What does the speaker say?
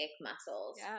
muscles